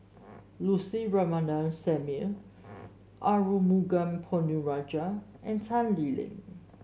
Lucy Ratnammah Samuel Arumugam Ponnu Rajah and Tan Lee Leng